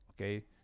okay